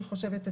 אני חושבת,